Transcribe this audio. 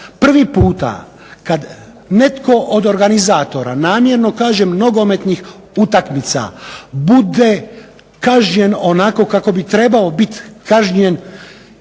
prvi puta kad netko od organizatora namjerno kažem nogometnih utakmica bude kažnjen onako kako bi trebao biti kažnjen,